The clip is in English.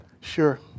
sure